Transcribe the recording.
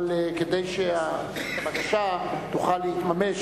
אבל כדי שהבקשה תוכל להתממש,